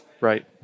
Right